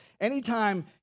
Anytime